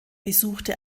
besuchte